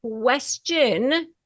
question